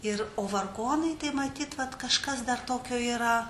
ir o vargonai tai matyt vat kažkas dar tokio yra